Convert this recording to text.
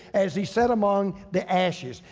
as he sat among the ashes.